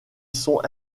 sont